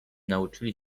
nauczyli